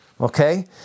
okay